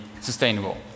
sustainable